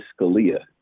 Scalia